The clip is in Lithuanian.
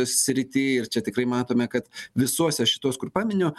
srity ir čia tikrai matome kad visuose šituos kur paminiu